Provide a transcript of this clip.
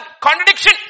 Contradiction